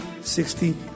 sixty